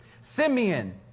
Simeon